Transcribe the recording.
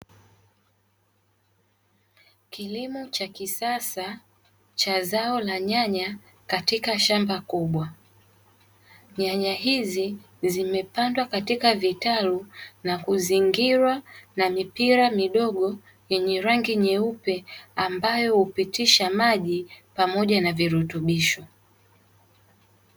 Kilimo cha kisasa cha zao la nyanya katika shamba kubwa. Nyanya hizi zimepandwa katika vitalu na kuzingirwa na mipira midogo yenye rangi nyeupe, ambayo hupitisha maji pamoja na virutubisho.